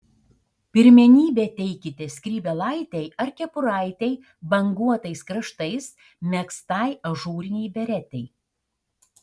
pirmenybę teikite skrybėlaitei ar kepuraitei banguotais kraštais megztai ažūrinei beretei